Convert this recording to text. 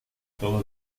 todo